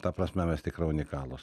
ta prasme mes tikrai unikalūs